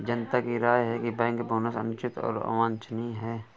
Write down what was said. जनता की राय है कि बैंक बोनस अनुचित और अवांछनीय है